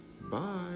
bye